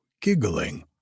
giggling